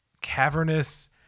cavernous